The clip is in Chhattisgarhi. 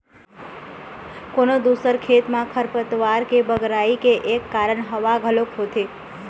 कोनो दूसर खेत म खरपतवार के बगरई के एक कारन हवा घलोक होथे